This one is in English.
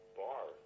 bar